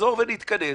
נחזור ונתכנס